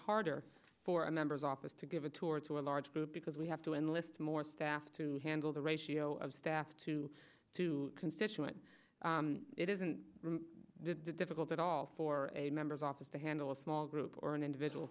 harder for a member's office to give a tour to a large group because we have to enlist more staff to handle the ratio of staff to two constituent it isn't difficult at all for a member's office to handle a small group or an individual